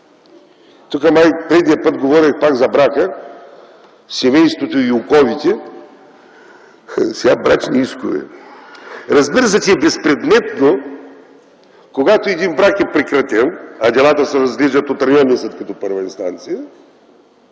Тук, предният път говорих пак за брака, семейството и оковите, а сега – за брачни искове. Разбира се, че е безпредметно, когато един брак е прекратен, а делата се разглеждат от районния съд като първа инстанция,